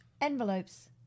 Envelopes